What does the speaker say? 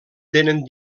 tenen